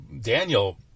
Daniel